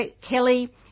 Kelly